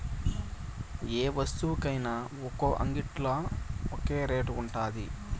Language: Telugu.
యే వస్తువుకైన ఒక్కో అంగిల్లా ఒక్కో రేటు ఉండాది